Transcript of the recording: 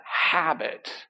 habit